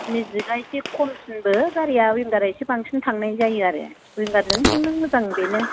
मेजिगया एसे खमसिनबो गारिया विंगारा एसे बांसिन थांनाय जायो आरो विंगारजोंनो थांदो नों मोजां बेनो